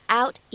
out